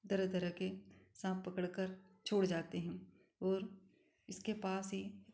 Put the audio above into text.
तरह तरह के साँप पकड़कर छोड़ जाते हैं और इसके पास ही